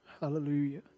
Hallelujah